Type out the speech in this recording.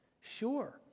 Sure